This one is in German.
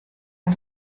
wir